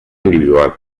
individual